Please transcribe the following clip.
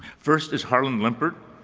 first is harlan limpert.